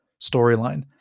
storyline